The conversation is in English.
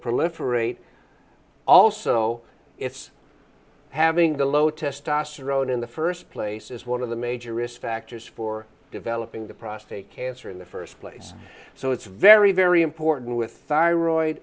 proliferate also it's having the low testosterone in the first place is one of the major risk factors for developing the prostate cancer in the first place so it's very very important with thyroid